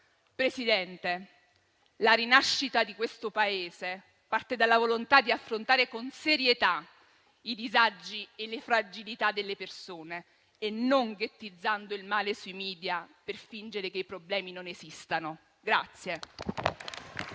Presidente, la rinascita di questo Paese parte dalla volontà di affrontare con serietà, i disagi e le fragilità delle persone e non ghettizzando il male sui *media* per fingere che i problemi non esistano.